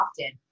often